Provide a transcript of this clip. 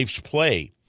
play